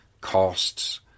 costs